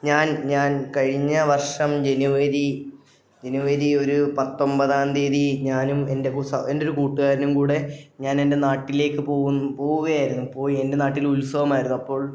ഞാൻ ഞാൻ കഴിഞ്ഞ വർഷം ജനുവരി ജനുവരി ഒരു പത്തൊൻപതാം തീയതി ഞാനും എൻ്റെ കുസാ എൻ്റൊരു കൂട്ടുകാരനും കൂടി ഞാൻ എൻ്റെ നാട്ടിലേക്ക് പോവു പോകുകയായിരുന്നു പോയി എൻ്റെ നാട്ടിൽ ഉത്സവമായിരുന്നു അപ്പോൾ